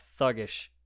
thuggish